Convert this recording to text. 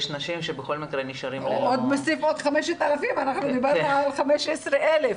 דיברנו על 15,000 והנה הוסיפו עוד 5,000 והגענו ל-20,000.